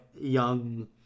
young